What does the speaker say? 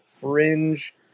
fringe